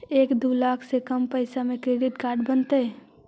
एक दू लाख से कम पैसा में क्रेडिट कार्ड बनतैय?